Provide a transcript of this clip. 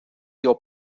your